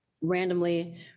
randomly